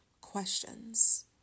questions